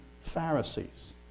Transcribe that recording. Pharisees